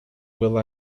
will